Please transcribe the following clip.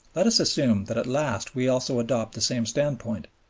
let us assume that at last we also adopt the same standpoint,